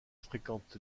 fréquente